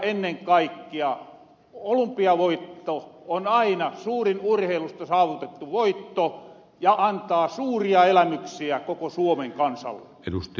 ennen kaikkea olumpiavoitto on aina suurin urheilusta saavutettu voitto ja antaa suuria elämyksiä koko suomen kansalle